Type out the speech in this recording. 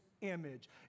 image